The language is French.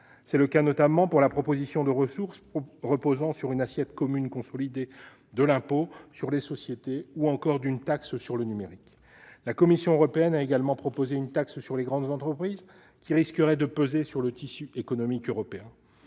portent notamment sur la proposition de création d'une ressource nouvelle reposant sur une assiette commune consolidée de l'impôt sur les sociétés, ou encore sur celle de création d'une taxe sur le numérique. La Commission européenne a également proposé une taxe sur les grandes entreprises qui risquerait de peser sur le tissu économique européen.